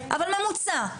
אבל ממוצע,